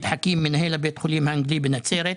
חכים מנהל בית החולים האנגלי בנצרת,